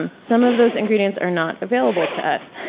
and some of those ingredients are not available to us.